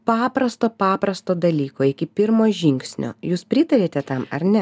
paprasto paprasto dalyko iki pirmo žingsnio jūs pritariate tam ar ne